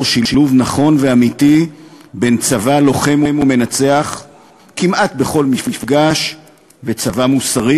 שילוב נכון ואמיתי בין צבא לוחם ומנצח כמעט בכל מפגש וצבא מוסרי,